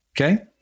Okay